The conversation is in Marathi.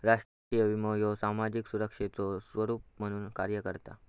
राष्ट्रीय विमो ह्यो सामाजिक सुरक्षेचो स्वरूप म्हणून कार्य करता